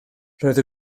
roedd